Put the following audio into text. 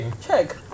check